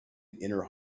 inner